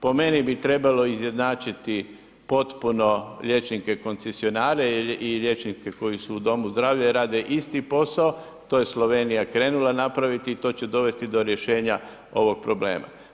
Po meni bi trebalo izjednačiti potpuno liječnike koncesionare i liječnike koji su u domu zdravlja i rade isti posao, to je Slovenija krenula napraviti i to će dovesti do rješenja ovog problema.